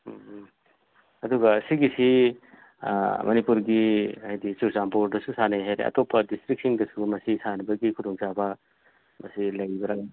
ꯎꯝ ꯎꯝ ꯑꯗꯨꯒ ꯁꯤꯒꯤ ꯁꯤ ꯃꯅꯤꯄꯨꯔꯒꯤ ꯍꯥꯏꯗꯤ ꯆꯨꯔꯆꯥꯟꯄꯨꯔꯗꯁꯨ ꯁꯥꯟꯅꯩ ꯍꯥꯏꯔꯗꯤ ꯑꯇꯣꯞꯄ ꯗꯤꯁꯇ꯭ꯔꯤꯛꯁꯤꯡꯗꯁꯨ ꯃꯁꯤ ꯁꯥꯟꯅꯕꯒꯤ ꯈꯨꯗꯣꯡꯆꯥꯕ ꯃꯁꯤ ꯂꯩꯕ꯭ꯔꯥ